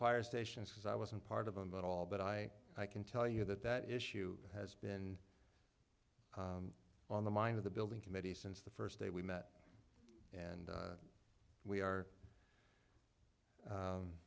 fire stations because i wasn't part of them at all but i can tell you that that issue has been on the mind of the building committee since the first day we met and we are